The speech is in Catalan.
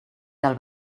del